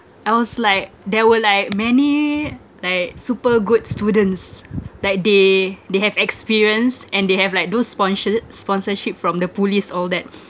I was like there were like many like super good students like they they have experience and they have like those sponsors~ sponsorship from the police all that